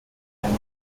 band